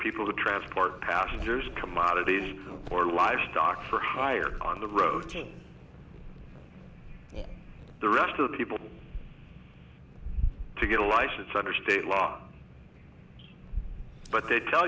people who transport passengers commodities or livestock for hire on the roads and all the rest of the people to get a license under state law but they tell